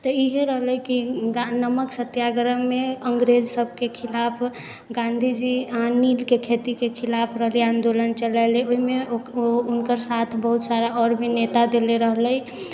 ईहे रहलै कि नमक सत्याग्रहमे अङ्गरेजसबके खिलाफ गांधीजी नीलके खेती खिलाफ रहलै आन्दोलन चलेले ओहिमे ओकर हुनकर साथ बहुत सारा आओर भी नेता देले रहलै